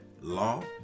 law